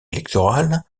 électorale